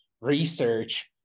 research